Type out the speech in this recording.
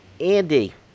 Andy